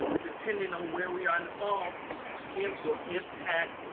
depending on where we are in the fall again, will impact